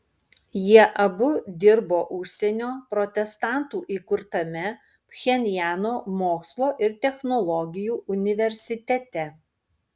jie abu dirbo užsienio protestantų įkurtame pchenjano mokslo ir technologijų universitete